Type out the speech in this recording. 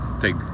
take